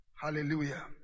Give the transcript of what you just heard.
hallelujah